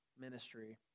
ministry